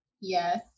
Yes